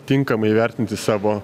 tinkamai įvertinti savo